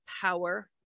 power